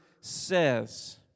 says